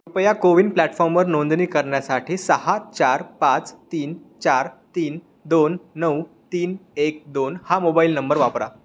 ह्या CoWIN प्लॅटफॉमवर नोंदणी करण्यासाठी सहा चार पाच तीन चार तीन दोन नऊ तीन एक दोन हा मोबाईल नंबर वापरा